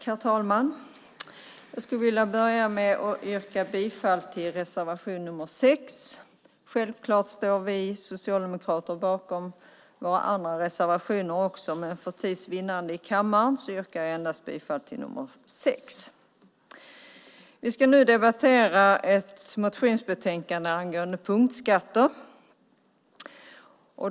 Herr talman! Jag skulle vilja börja med att yrka bifall till reservation nr 6. Självklart står vi socialdemokrater bakom våra andra reservationer också, men för tids vinnande i kammaren yrkar jag endast bifall till reservation nr 6. Vi ska nu debattera ett motionsbetänkande angående punktskatter.